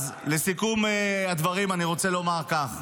לסיכום הדברים אני רוצה לומר כך: